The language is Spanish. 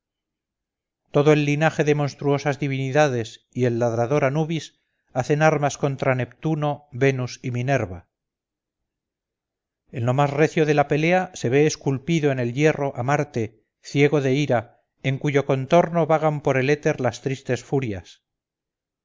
todo el linaje de monstruosas divinidades y el ladrador anubis hacen armas contra neptuno venus y minerva en lo más recio de la pelea se ve esculpido en el hierro a marte ciego de ira en cuyo contorno vagan por el éter las tristes furias